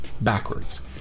backwards